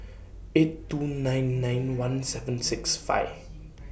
eight two nine nine one seven six five